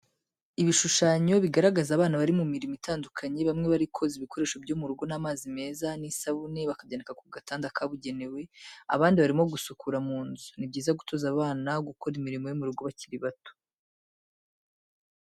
Ibishushanyo bigaragaza abana bari mu mirimo itandukanye bamwe barimo koza ibikoresho byo mu rugo n'amazi meza n'isabune bakabyanika ku gatanda kabugenewe, abandi barimo gusukura mu nzu. Ni byiza gutoza abana gukora imirimo yo mu rugo bakiri bato.